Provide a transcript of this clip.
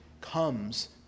comes